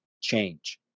change